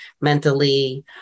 mentally